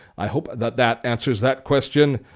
i hope that that answers that question.